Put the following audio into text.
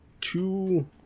two